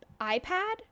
iPad